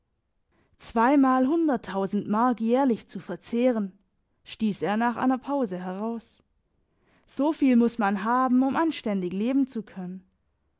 zweimalhundertausend mark jährlich zu verzehren stiess er nach einer pause heraus so viel muss man haben um anständig leben zu können